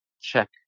check